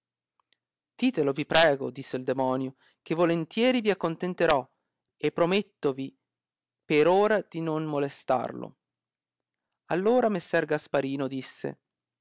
ditelo vi prego disse il demonio che volentieri vi ascolterò e promettovi per ora di non molestarlo all ora messer gasparino disse